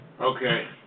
Okay